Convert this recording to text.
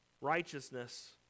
righteousness